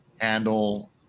handle